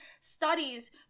studies